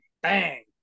bang